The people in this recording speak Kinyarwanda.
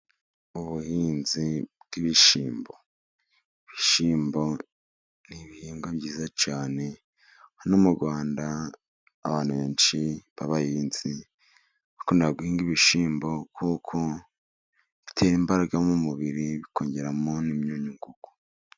Ubuhinzi bw'ibishimbo, ibishimbo n'ibihingwa byiza cyane. Hano m'Urwanda abantu benshi babahinzi bakunda guhinga ibishyimbo, kuko bitera imbaraga mu mubiri bikongeramo n'imyunyu ngugu.